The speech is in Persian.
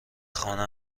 خانه